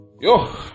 Yo